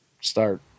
start